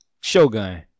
Shogun